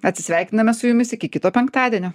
atsisveikiname su jumis iki kito penktadienio